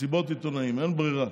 מסיבות עיתונאים, אין ברירה.